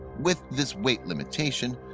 with this weight limitation,